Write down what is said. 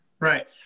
Right